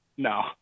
No